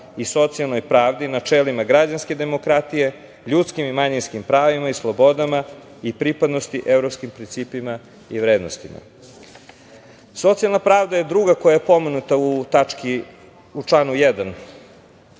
i socijalnoj pravdi, načelima građanske demokratije, ljudskim i manjinskim pravima i slobodama i pripadnosti evropskim principima i vrednostima. Socijalna pravda je druga koja je pomenuta u članu 1.